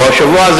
או השבוע,